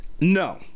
No